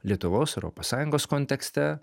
lietuvos europos sąjungos kontekste